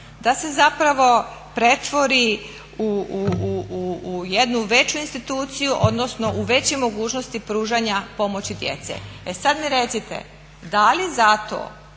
da se pretvori u jednu veću instituciju odnosno u veće mogućnosti pružanja pomoći djece. E sada mi recite, da li vi